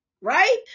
Right